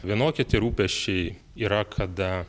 vienokie tie rūpesčiai yra kada